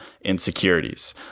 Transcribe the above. insecurities